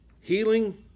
healing